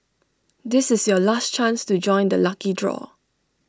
this is your last chance to join the lucky draw